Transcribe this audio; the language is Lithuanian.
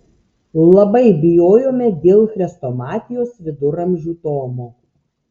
labai bijojome dėl chrestomatijos viduramžių tomo